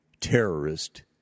terrorist